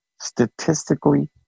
statistically